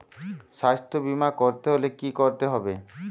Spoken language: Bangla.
স্বাস্থ্যবীমা করতে হলে কি করতে হবে?